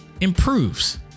improves